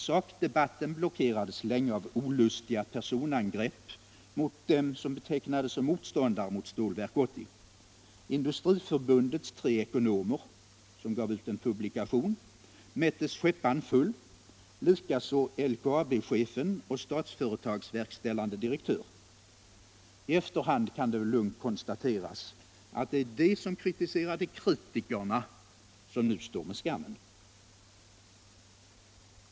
Sakdebatten blockerades länge av olustiga personangrepp mot dem som betraktades som motståndare till Stålverk 80. Industriförbundets tre ekonomer mättes skäppan full för åsikterna i den bok de publicerat, likaså LKAB-chefen och Statsföretags verkställande direktör. I efterhand kan det lugnt konstateras, att det är de som kritiserade kritikerna som nu står med skammen.